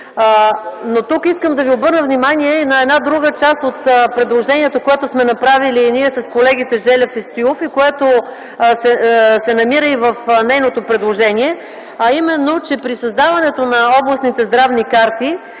Искам да ви обърна внимание на една друга част от предложението, което сме направили с колегите Желев и Стоилов и което се намира и в нейното предложение, а именно, че при създаването на областните здравни карти